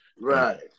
Right